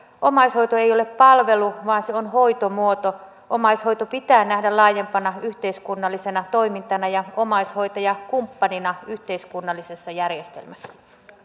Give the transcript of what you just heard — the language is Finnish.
omaishoito ei ole palvelu vaan se on hoitomuoto omaishoito pitää nähdä laajempana yhteiskunnallisena toimintana ja omaishoitaja kumppanina yhteiskunnallisessa järjestelmässä